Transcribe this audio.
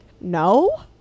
no